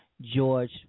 George